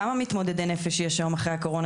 את יודעת כמה מתמודדי נפש יש היום אחרי הקורונה?